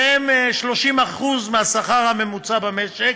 שהם 30% מהשכר הממוצע במשק,